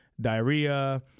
diarrhea